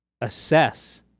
assess